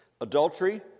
adultery